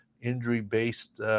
injury-based